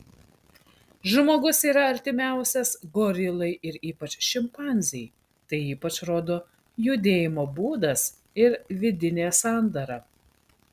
žmogus yra artimiausias gorilai ir ypač šimpanzei tai ypač rodo judėjimo būdas ir vidinė sandara